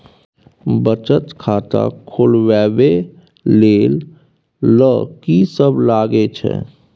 बचत खाता खोलवैबे ले ल की सब लगे छै?